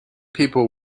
people